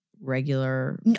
regular-